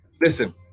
Listen